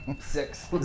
Six